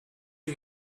you